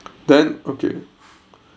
then okay